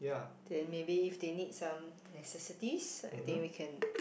then maybe if they need some necessities I think we can